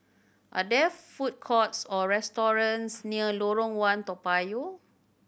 are there food courts or restaurants near Lorong One Toa Payoh